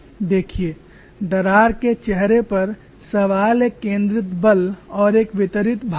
देखिए दरार के चेहरे पर सवाल एक केंद्रित बल और एक वितरित भार था